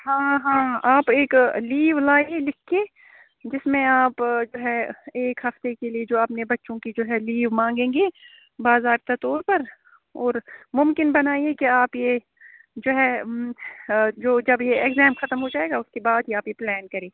ہاں ہاں آپ ایک لیو لائیں لکھ کے جس میں آپ جو ہے ایک ہفتے کے لیے جو اپنے بچوں کی جو ہے لیو مانگیں گے باضابطہ طور پر اور ممکن بنائیں کہ آپ یہ جو ہے جو جب یہ اگزام ختم ہو جائے گا اس کے بعد آپ یہ پلان کریں